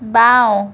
বাওঁ